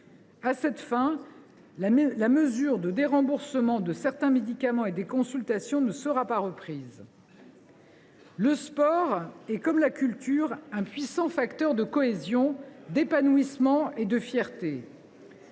À cette fin, la mesure de déremboursement de certains médicaments et des consultations ne sera pas reprise. « Le sport est, comme la culture, un puissant facteur de cohésion, d’épanouissement et de fierté.